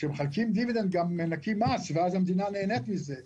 כשמחלקים דיבידנד גם מנכים מס ואז המדינה נהנית מזה.